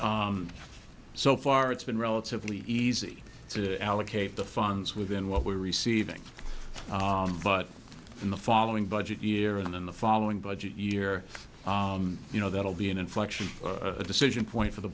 so so far it's been relatively easy to allocate the funds within what we're receiving but in the following budget year and in the following budget year you know that will be an inflection a decision point for the